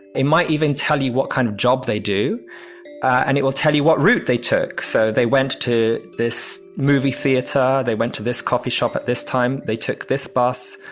they might even tell you what kind of job they do and it will tell you what route they took. so they went to this movie theater. they went to this coffee shop at this time. they took this bus.